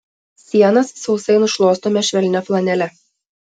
sienas sausai nušluostome švelnia flanele